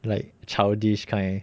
like childish kind